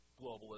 globalism